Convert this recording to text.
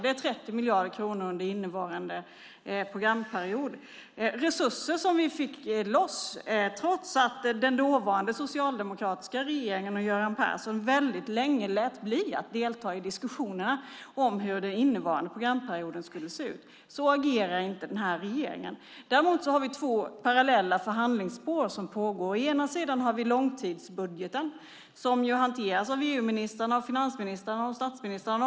Det är 30 miljarder kronor under innevarande programperiod. Det är resurser som vi fick loss trots att den dåvarande socialdemokratiska regeringen och Göran Persson länge lät bli att delta i diskussionerna om hur den innevarande programperioden skulle se ut. Så agerar inte den här regeringen. Däremot har vi två parallella förhandlingsspår som pågår. Å ena sidan har vi långtidsbudgeten, som ju hanteras av EU-ministrarna, finansministrarna och statsministrarna.